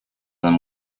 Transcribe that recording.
them